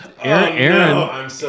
Aaron